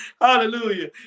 Hallelujah